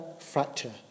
fracture